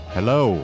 Hello